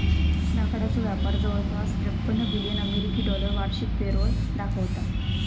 लाकडाचो व्यापार जवळपास त्रेपन्न बिलियन अमेरिकी डॉलर वार्षिक पेरोल दाखवता